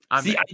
See